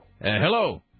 Hello